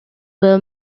were